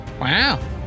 Wow